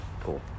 Cool